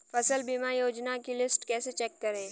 फसल बीमा योजना की लिस्ट कैसे चेक करें?